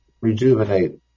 rejuvenate